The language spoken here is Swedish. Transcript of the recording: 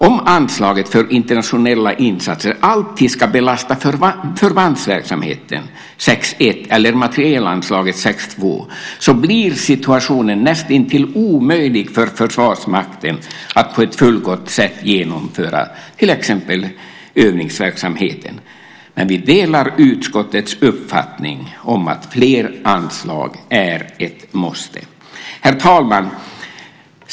Om anslaget för internationella insatser alltid ska belasta förbandsverksamheten på anslaget 6:1 eller materielanslaget 6:2 blir det näst intill omöjligt för Försvarsmakten att på ett fullgott sätt genomföra till exempel övningsverksamheten. Vi delar utskottets uppfattning att fler anslag är ett måste. Herr talman!